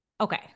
Okay